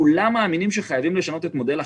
מאמינים שחייבים לשנות את מודל החל"ת.